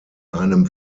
einem